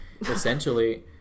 essentially